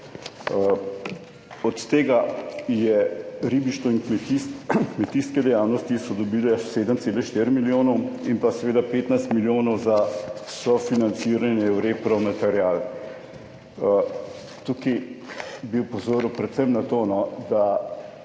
Od tega so ribištvo in kmetijske dejavnosti dobile 7,4 milijonov in pa seveda 15 milijonov za sofinanciranje v repromaterial. Tukaj bi opozoril predvsem na to, da